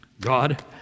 God